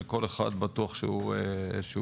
שכל אחד בטוח שהוא צודק,